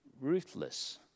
Ruthless